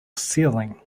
ceiling